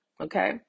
Okay